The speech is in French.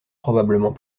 probablement